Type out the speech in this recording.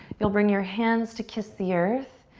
you'll bring your hands to kiss the earth,